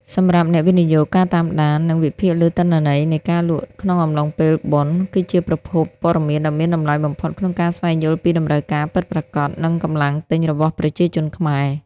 សម្រាប់អ្នកវិនិយោគ ការតាមដាន និងវិភាគលើទិន្នន័យនៃការលក់ក្នុងអំឡុងពេលបុណ្យ គឺជាប្រភពព័ត៌មានដ៏មានតម្លៃបំផុតក្នុងការស្វែងយល់ពីតម្រូវការពិតប្រាកដ និងកម្លាំងទិញរបស់ប្រជាជនខ្មែរ។